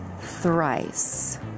thrice